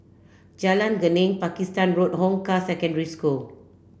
Jalan Geneng Pakistan Road Hong Kah Secondary School